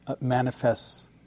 manifests